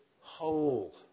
whole